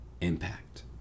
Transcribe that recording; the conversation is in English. impact